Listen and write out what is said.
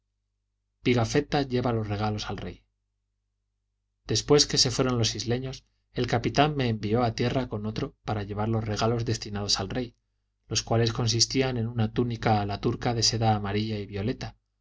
pigafetta lleva los regalos al rey después que se fueron los isleños el capitán me envió a tierra con otro para llevar los regalos destinados al rey los cuales consistían en una túnica a la turca de seda amarilla y violeta